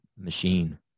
machine